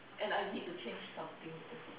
and I need to change something